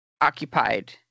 occupied